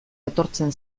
etortzen